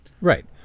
Right